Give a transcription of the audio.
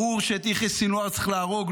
ברור שאת יחיא סנוואר צריך להרוג,